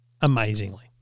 amazingly